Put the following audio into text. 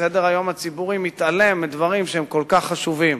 סדר-היום הציבורי מתעלם מדברים שהם כל כך חשובים.